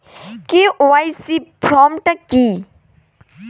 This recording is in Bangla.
কে.ওয়াই.সি ফর্ম টা কি?